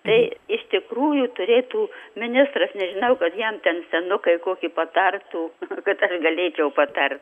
tai iš tikrųjų turėtų ministras nežinau kad jam ten senukai koki patartų kad aš galėčiau patart